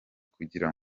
kugira